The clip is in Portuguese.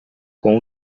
com